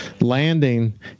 landing